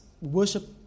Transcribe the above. worship